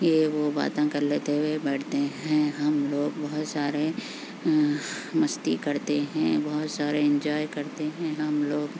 یہ وہ باتاں کر لیتے ہوئے بیٹھتے ہیں ہم لوگ بہت سارے مستی کرتے ہیں بہت سارے انجوائے کرتے ہیں ہم لوگ